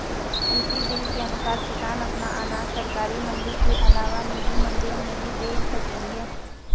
कृषि बिल के अनुसार किसान अपना अनाज सरकारी मंडी के अलावा निजी मंडियों में भी बेच सकेंगे